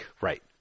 Right